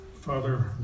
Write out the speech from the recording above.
Father